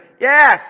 Yes